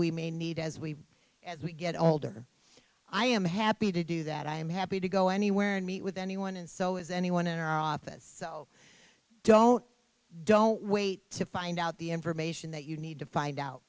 we may need as we as we get older i am happy to do that i am happy to go anywhere and meet with anyone and so is anyone in our office so don't don't wait to find out the information that you need to find out